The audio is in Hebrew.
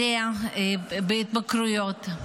עלייה בהתמכרויות.